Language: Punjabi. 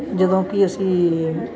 ਜਦੋਂ ਕਿ ਅਸੀਂ